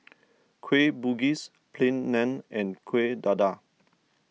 Kueh Bugis Plain Naan and Kuih Dadar